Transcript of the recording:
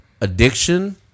addiction